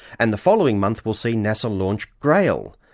and the following month will see nasa launch grail,